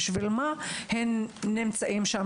בשביל מה הם נמצאים שם?